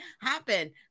happen